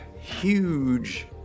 huge